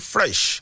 Fresh